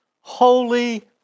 Holy